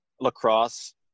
lacrosse